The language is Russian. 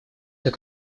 так